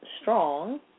strong